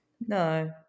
no